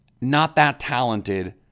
not-that-talented